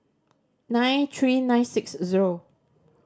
nine three nine six zero